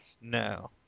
No